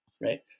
Right